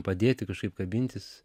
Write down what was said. padėti kažkaip kabintis